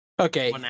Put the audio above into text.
Okay